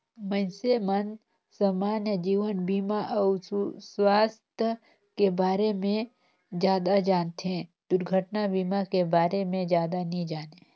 मइनसे मन समान्य जीवन बीमा अउ सुवास्थ के बारे मे जादा जानथें, दुरघटना बीमा के बारे मे जादा नी जानें